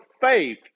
faith